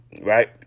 Right